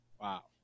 Wow